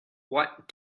what